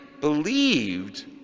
believed